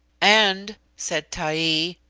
and, said taee,